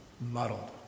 muddled